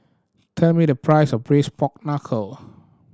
tell me the price of Braised Pork Knuckle